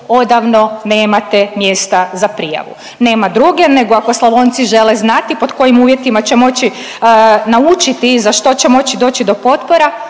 odavno nemate mjesta za prijavu. Nema druge nego ako Slavonci žele znati pod kojim uvjetima će moći naučiti za što će moći doći do potpora